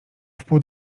wpół